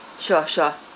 sure sure